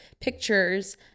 pictures